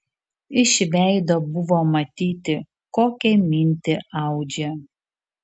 iš veido buvo matyti kokią mintį audžia